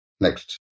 Next